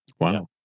Wow